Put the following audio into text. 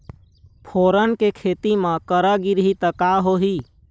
फोरन के खेती म करा गिरही त का होही?